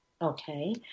Okay